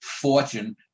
fortune